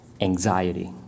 anxiety